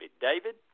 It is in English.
David